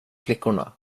flickorna